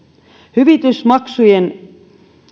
hyvitysmaksujen